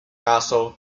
castle